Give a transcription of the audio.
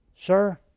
Sir